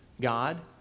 God